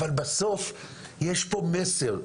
אבל בסוף יש פה מסר.